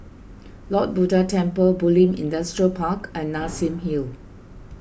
Lord Buddha Temple Bulim Industrial Park and Nassim Hill